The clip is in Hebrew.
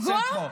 לפגוע?